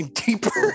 deeper